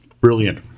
Brilliant